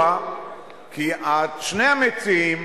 שבועיים,